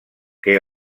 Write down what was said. que